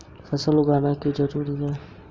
फसल उगाना क्यों जरूरी होता है?